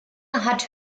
hat